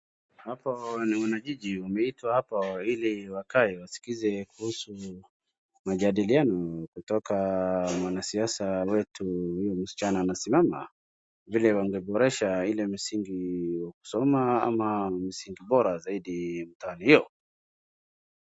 Hapa ni wanajiji wameitwa hapa ili wakae wasikize kuhusu majadiliano kutoka mwanasiasa wetu huyu msichana anasimama vile wangeboresha ile misingi wa kusoma ama msingi bora zaidi mtaani hio.